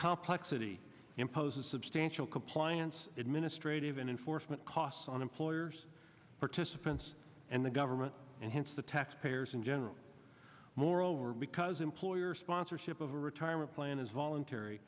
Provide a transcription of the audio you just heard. complex city imposes substantial compliance administrative and enforcement costs on employers participants and the government and hence the taxpayers in general moral or because employer sponsorship of a retirement plan is voluntary